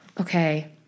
Okay